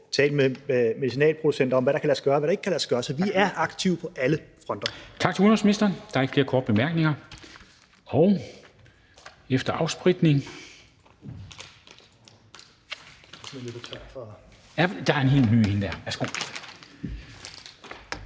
på, talt med medicinalproducenter om, hvad der kan lade sig gøre, og hvad der ikke kan lade sig gøre. Så vi er aktive på alle fronter.